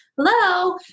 hello